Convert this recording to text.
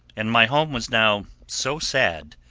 and my home was now so sad,